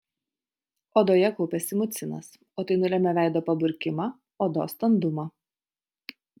odoje kaupiasi mucinas o tai nulemia veido paburkimą odos standumą